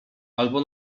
albo